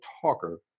talker